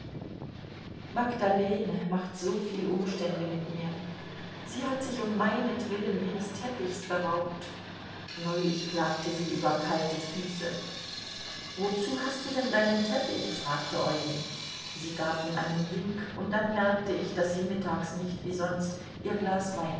magdalene macht soviel umstände mit mir sie hat sich um meinetwillen ihres teppichs beraubt neulich klagte sie über kalte füße wozu hast du denn deinen teppich fragte eugen sie gab ihm einen wink und dann merkte ich daß sie mittags nicht wie sonst ihr glas wein